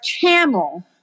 camel